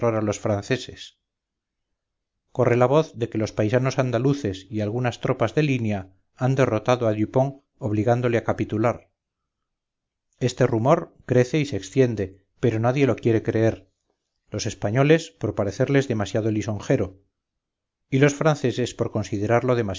los franceses corre la voz de que los paisanos andaluces y algunas tropas de línea han derrotado a dupont obligándole a capitular este rumor crece y se extiende pero nadie lo quiere creer los españoles por parecerles demasiado lisonjero y los franceses por considerarlo